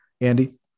Andy